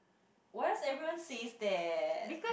why does everyone says that